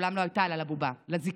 מעולם לא הייתה לה, לבובה, לזיקית.